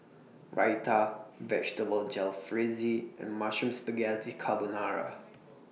Raita Vegetable Jalfrezi and Mushroom Spaghetti Carbonara